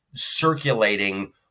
circulating